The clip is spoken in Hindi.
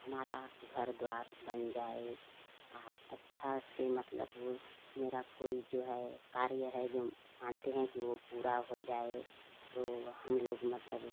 हमारा घर द्वार बन जाए अहा अच्छा से मतलब मेरा कोई जो है कार्य है जो मानते हैं कि वो पूरा हो जाए तो हम लोग मतलब